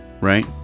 right